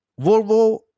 Volvo